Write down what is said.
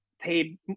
paid